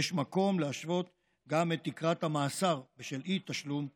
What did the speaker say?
יש מקום להשוות גם את תקרת המאסר בשל אי-תשלום הקנס.